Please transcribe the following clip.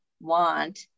want